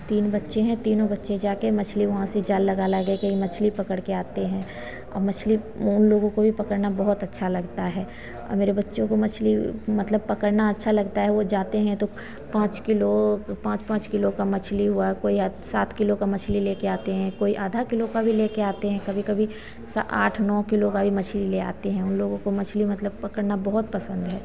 तीन बच्चे हैं तीनों बच्चे जाकर मछली वहाँ से जाल लगा लगाकर मछली पकड़कर आते हैं और मछली उन लोगों को भी पकड़ना बहुत अच्छा लगता है मेरे बच्चों को मछली मतलब पकड़ना अच्छा लगता है वह जाते हैं तो पाँच किलो पाँच पाँच किलो की मछली हुई कोई सात किलो की मछली लेकर आते हैं कोई आधा किलो की भी लेकर आते हैं कभी कभी आठ नौ किलो की भी मछली ले आते हैं उन लोगों को मछली मतलब पकड़ना बहुत पसन्द है